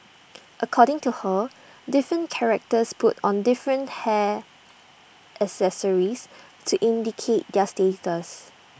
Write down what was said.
according to her different characters put on different hair accessories to indicate their status